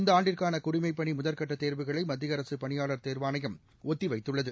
இந்த ஆண்டுக்கான குடிமைப்பணி முதற்கட்ட தோவுகளை மத்திய அரசு பணியாளா தேர்வாணையம் ஒத்தி வைத்துள்ளது